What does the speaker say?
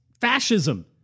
fascism